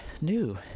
new